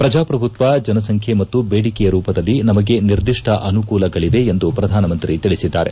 ಪ್ರಜಾಪ್ರಭುತ್ವ ಜನಸಂಖ್ಕೆ ಮತ್ತು ಬೇಡಿಕೆಯ ರೂಪದಲ್ಲಿ ನಮಗೆ ನಿರ್ದಿಷ್ಟ ಅನುಕೂಲಗಳವೆ ಎಂದು ಪ್ರಧಾನಮಂತ್ರಿ ತಿಳಿಸಿದ್ದಾರೆ